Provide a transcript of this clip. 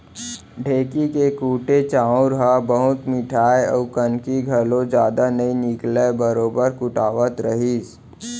ढेंकी के कुटे चाँउर ह बहुत मिठाय अउ कनकी घलौ जदा नइ निकलय बरोबर कुटावत रहिस